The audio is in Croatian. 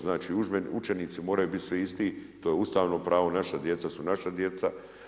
Znači učenici moraju biti svi isti, to je ustavno pravo, naša djeca su naša djeca.